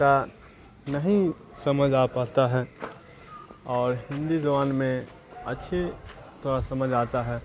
کا نہیں سمجھ آ پاتا ہے اور ہندی زبان میں اچھی طرح سمجھ آتا ہے